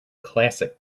classic